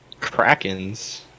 Krakens